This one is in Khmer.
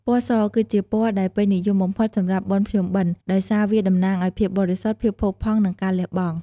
ពណ៌ស គឺជាពណ៌ដែលពេញនិយមបំផុតសម្រាប់បុណ្យភ្ជុំបិណ្ឌ ដោយសារវាតំណាងឱ្យភាពបរិសុទ្ធ ភាពផូរផង់ និងការលះបង់។